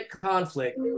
conflict